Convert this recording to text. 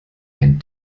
ein